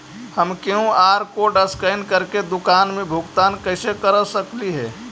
हम QR code scan करके दुकान में भुगतान कैसे कर सकली हे?